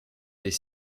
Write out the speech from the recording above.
des